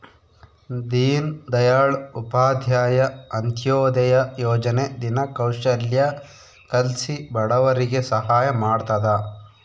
ದೀನ್ ದಯಾಳ್ ಉಪಾಧ್ಯಾಯ ಅಂತ್ಯೋದಯ ಯೋಜನೆ ದಿನ ಕೌಶಲ್ಯ ಕಲ್ಸಿ ಬಡವರಿಗೆ ಸಹಾಯ ಮಾಡ್ತದ